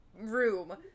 room